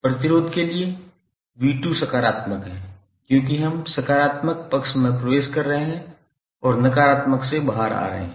और फिर प्रतिरोध के लिए v2 सकारात्मक है क्योंकि हम सकारात्मक पक्ष में प्रवेश कर रहे हैं और नकारात्मक से बाहर आ रहे हैं